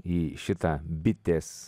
į šitą bitės